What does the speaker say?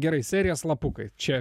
gerai serija slapukai čia